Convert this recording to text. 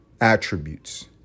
attributes